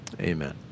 amen